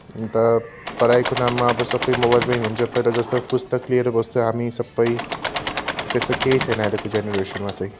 अन्त पढाइको नाममा अब सबै मोबाइलमै हुन्छ पहिला जस्तो पुस्तक लिएर बस्थ्यो हामी सबै त्यस्तो केही छैन अहिलेको जेनेरेसनमा चाहिँ